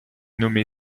nommé